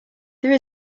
there